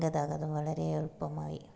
ഗതാഗതം വളരെ എളുപ്പമായി